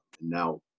Now